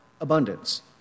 abundance